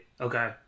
Okay